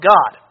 God